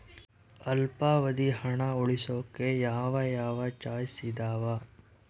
ಅಲ್ಪಾವಧಿ ಹಣ ಉಳಿಸೋಕೆ ಯಾವ ಯಾವ ಚಾಯ್ಸ್ ಇದಾವ?